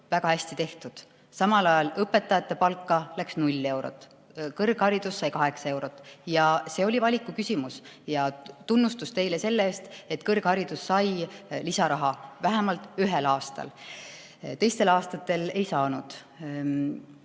Väga hästi tehtud! Samal ajal õpetajate palka läks 0 eurot, kõrgharidus sai 8 [miljonit] eurot. See oli valiku küsimus. Ja tunnustus teile selle eest, et kõrgharidus sai lisaraha vähemalt ühel aastal. Teistel aastatel ei saanud.